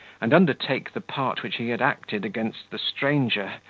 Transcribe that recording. and undertake the part which he had acted against the stranger,